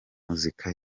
muzika